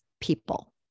people